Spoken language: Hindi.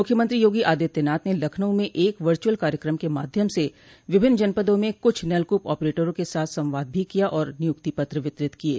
मुख्यमंत्री योगी आदित्यनाथ ने लखनऊ में एक वर्चअल कार्यक्रम के माध्यम से विभिन्न जनपदों में कुछ नलकूप ऑपरेटरों के साथ संवाद भी किया और नियुक्ति पत्र वितरित किये